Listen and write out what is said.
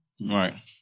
right